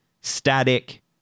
static